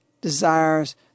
desires